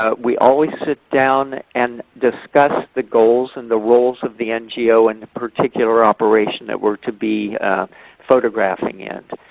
ah we always sit down and discuss the goals and the roles of the ngo in and the particular operation that we're to be photographing in.